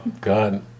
god